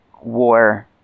war